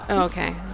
and ok.